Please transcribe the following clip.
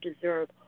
deserve